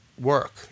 work